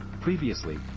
Previously